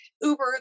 Uber